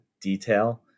detail